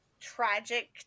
Tragic